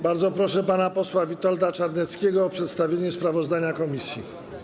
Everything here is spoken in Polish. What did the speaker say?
Bardzo proszę pana posła Witolda Czarneckiego o przedstawienie sprawozdania komisji.